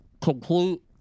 complete